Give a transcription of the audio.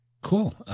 Cool